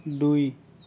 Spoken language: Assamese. দুই